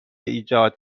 ایجاد